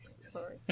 Sorry